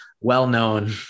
well-known